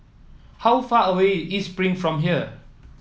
how far away East Spring from here